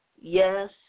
Yes